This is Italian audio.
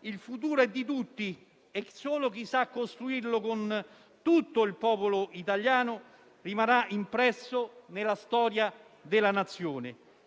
Il futuro è di tutti e solo chi sa costruirlo con tutto il popolo italiano rimarrà impresso nella storia della Nazione.